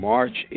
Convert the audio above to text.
March